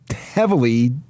heavily